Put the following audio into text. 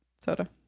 soda